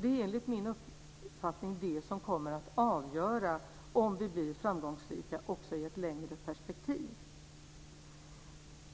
Det är enligt min uppfattning det som kommer att avgöra om vi blir framgångsrika också i ett längre perspektiv.